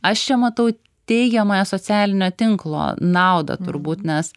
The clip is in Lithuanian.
aš čia matau teigiamą socialinio tinklo naudą turbūt nes